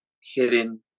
hidden